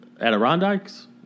Adirondacks